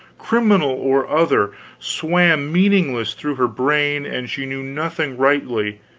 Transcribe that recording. criminal or other, swam meaningless through her brain and she knew nothing rightly,